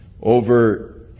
over